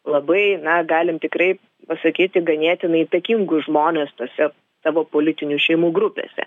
labai na galim tikrai pasakyti ganėtinai įtakingus žmones tose savo politinių šeimų grupėse